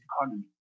economy